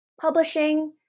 publishing